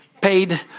paid